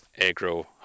agro